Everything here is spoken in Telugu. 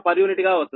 u గా వస్తుంది